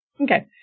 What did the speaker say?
Okay